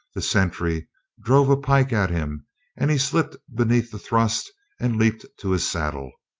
the sentry drove a pike at him and he slipped beneath the thrust and leaped to his saddle.